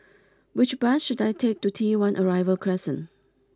which bus should I take to T one Arrival Crescent